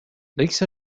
ليس